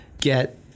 get